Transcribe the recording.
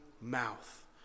mouth